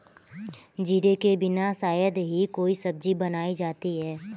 जीरे के बिना शायद ही कोई सब्जी बनाई जाती है